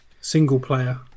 single-player